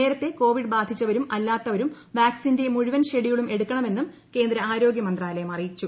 നേരത്തെ കോവിഡ് ബാധിച്ചവരും അല്ലാത്തവരും വാക്സിന്റെ മുഴുവൻ ഷെഡ്യുളും എടുക്കണമെന്നും കേന്ദ്ര ആരോഗ്യ മന്ത്രാലയം അറിയിച്ചു